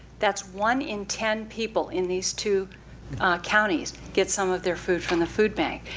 that's one in ten people in these two counties get some of their food from the food bank.